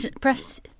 press